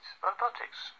Robotics